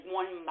one